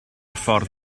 ffordd